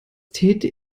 täte